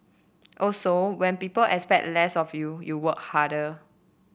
also when people expect less of you you work harder